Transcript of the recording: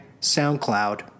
SoundCloud